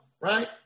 right